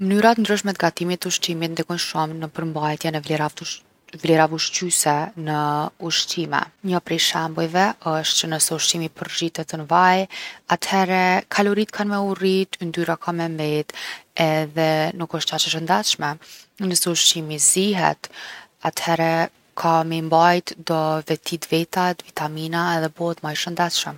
Mnyra t’ndryshme t’gatimit t’ushqimit ndikojn’ shum’ në përmbajtjen e vlerave t- vlerave ushqyse në ushqime. Njo prej shembujve osht që nëse ushqimi përzhitet n’vaj atëhere kalorit’ kan me u rrit, ynyra ka me met edhe nuk osht qaq e shëndetshme. Nëse ushqimi zihet, atëhere ka me i mbajt do veti t’vetat, vitamina, edhe bohet ma i shëndetshëm.